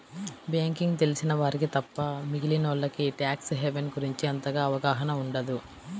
banking తెలిసిన వారికి తప్ప మిగిలినోల్లకి ట్యాక్స్ హెవెన్ గురించి అంతగా అవగాహన ఉండదు